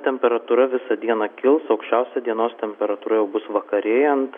temperatūra visą dieną kils aukščiausia dienos temperatūra bus vakarėjant